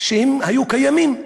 שהיו קיימים,